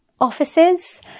offices